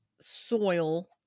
soil